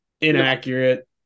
inaccurate